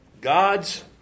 God's